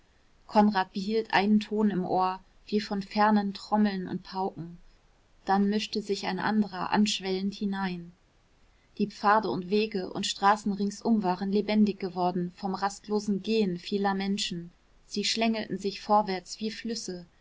konrad behielt einen ton im ohr wie von fernen trommeln und pauken dann mischte sich ein anderer anschwellend hinein die pfade und wege und straßen ringsum waren lebendig geworden vom rastlosen gehen vieler menschen sie schlängelten sich vorwärts wie flüsse